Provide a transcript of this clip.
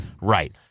Right